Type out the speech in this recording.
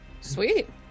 Sweet